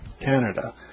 Canada